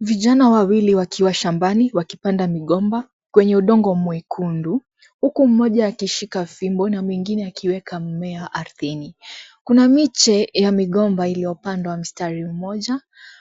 Vijana wawili wakiwa shambani wakipanda migomba kwenye udongo mwekundu huku mmoja akishika fimbo na mwingine akiweka mmea ardhini kuna miche ya migomba iliyopandwa msitari mmoja